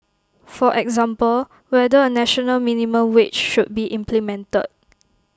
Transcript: for example whether A national minimum wage should be implemented